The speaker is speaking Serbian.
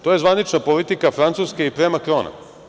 To je zvanična politika Francuske i pre Makrona.